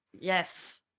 Yes